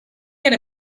get